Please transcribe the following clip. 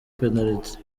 penaliti